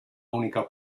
única